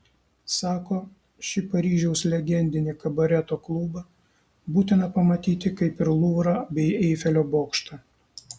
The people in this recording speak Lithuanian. sako šį paryžiaus legendinį kabareto klubą būtina pamatyti kaip ir luvrą bei eifelio bokštą